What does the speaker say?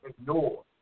ignore